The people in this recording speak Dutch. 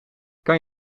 kan